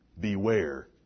Beware